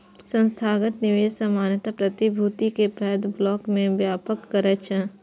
संस्थागत निवेशक सामान्यतः प्रतिभूति के पैघ ब्लॉक मे व्यापार करै छै